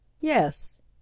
Yes